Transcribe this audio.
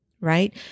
Right